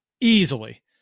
Easily